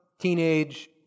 teenage